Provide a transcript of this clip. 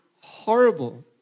horrible